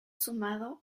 sumado